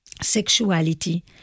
sexuality